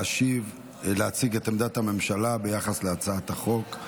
להשיב ולהציג את עמדת הממשלה ביחס להצעת החוק.